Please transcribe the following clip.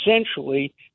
essentially